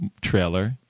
trailer